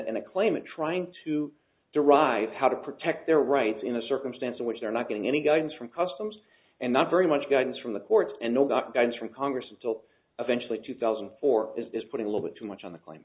and a claim of trying to derive how to protect their rights in a circumstance in which they're not getting any guidance from customs and not very much guidance from the courts and no got guidance from congress until eventually two thousand and four is putting a little bit too much on the cla